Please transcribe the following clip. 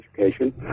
education